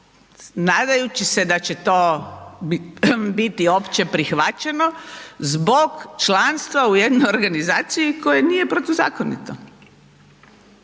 nadajući se da će to biti opće prihvaćeno, zbog članstva u jednoj organizaciji koja nije protuzakonito.